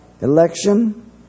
election